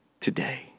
today